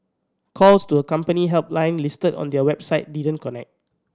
calls to a company helpline listed on their website didn't connect